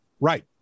right